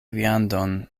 viandon